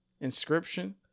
Inscription